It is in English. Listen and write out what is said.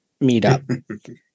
meetup